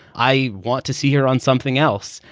i want to see her on something else.